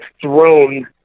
thrown